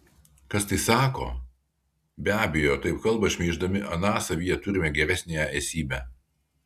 kas tai sako be abejo taip kalba šmeiždami aną savyje turimą geresniąją esybę